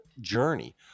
journey